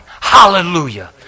Hallelujah